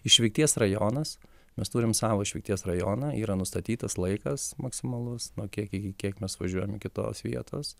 išvykties rajonas mes turim savo išvykties rajoną yra nustatytas laikas maksimalus nuo kiek iki kiek mes važiuojam iki tos vietos